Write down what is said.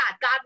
God